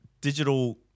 digital